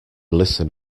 listen